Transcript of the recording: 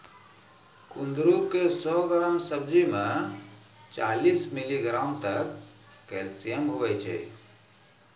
कुंदरू के सौ ग्राम सब्जी मे चालीस मिलीग्राम तक कैल्शियम हुवै छै